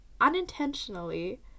unintentionally